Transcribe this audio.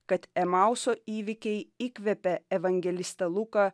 kad emauso įvykiai įkvepė evangelistą luką